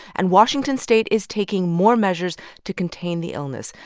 and washington state is taking more measures to contain the illness.